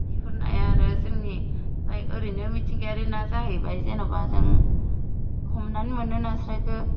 बिफोर नाया आरो जोंनि एरैनो मिथिंगायारि ना जाहैबाय जेनेबा जों हमनानै मोनो नास्राइखो